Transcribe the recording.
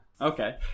okay